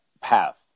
path